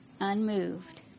unmoved